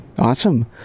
Awesome